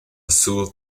sul